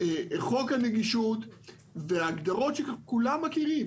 חוק הנגישות והגדרות שכולם מכירים,